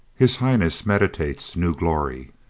his highness meditates new glory!